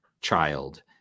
child